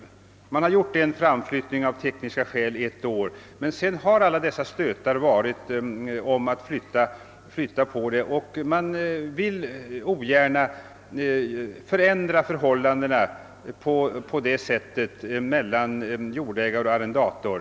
Av tekniska skäl har tidigare gjorts en framflyttning på ett år, men sedan har, trots flera framstötar, funnits motvilja mot att på det sättet förändra förhållandena mellan jordägare och arrendator.